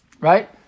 right